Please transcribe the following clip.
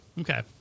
Okay